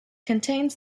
contains